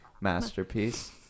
masterpiece